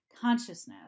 consciousness